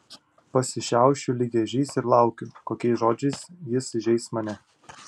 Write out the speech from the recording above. pasišiaušiu lyg ežys ir laukiu kokiais žodžiais jis įžeis mane